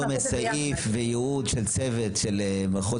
אינו דומה סעיף וייעוד של צוות של מחוז